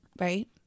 right